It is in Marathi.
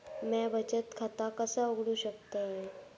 म्या बचत खाता कसा उघडू शकतय?